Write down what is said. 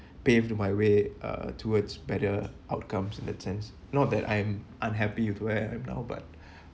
paved my way uh towards better outcomes in that sense not that I'm unhappy with where I am now but